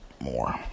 more